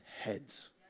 heads